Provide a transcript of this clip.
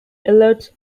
alerts